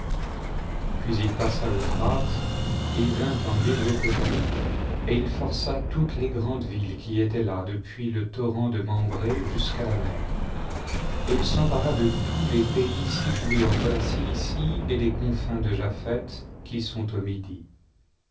puis il passa l'euphrate et vint en mésopotamie et il força toutes les grandes villes qui étaient là depuis le torrent de mambré jusqu'à la mer et il s'empara de tous les pays situés entre la cilicie et les confins de japheth qui sont au midi